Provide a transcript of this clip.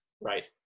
Right